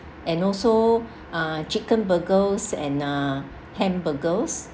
and also uh chicken burgers and uh hamburgers